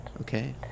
Okay